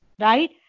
Right